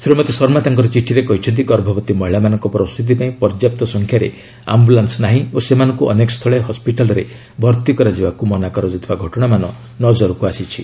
ଶ୍ରୀମତୀ ଶର୍ମା ତାଙ୍କର ଚିଠିରେ କହିଛନ୍ତି ଗର୍ଭବତୀ ମହିଳାମାନଙ୍କ ପ୍ରସ୍ତୀ ପାଇଁ ପର୍ଯ୍ୟାପ୍ତ ସଂଖ୍ୟାରେ ଆମ୍ଭୁଲାନ୍ ନାହିଁ ଓ ସେମାନଙ୍କୁ ଅନେକ ସ୍ଥଳେ ହସ୍କିଟାଲ୍ରେ ଭର୍ତ୍ତି କରିବାକୁ ମନା କରାଯାଉଥିବା ଘଟଣାମାନ ନଜରକୁ ଆସିଛି